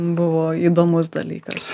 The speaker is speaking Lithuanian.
buvo įdomus dalykas